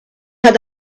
had